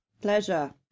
pleasure